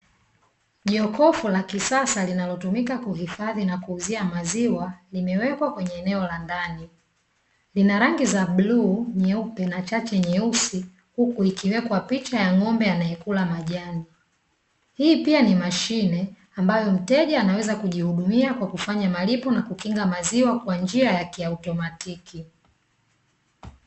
Jokofu la kisasa linalotumika kuhifadhi na kuuzia maziwa, limewekwa kwenye eneo la ndani. Lina rangi za bluu, nyeupe na chache nyeusi huku likiwekwa picha ya ng’ombe anayekula majani. Hii pia ni mashine ambayo mteja anaweza kujihudumia kwa kufanya malipo na kukinga maziwa kwa njia ya kiotomatiki.